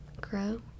grow